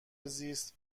زیست